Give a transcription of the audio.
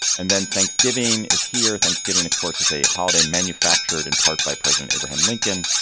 and then thanksgiving is here. thanksgiving, of course, it's a holiday manufactured in part by president abraham lincoln.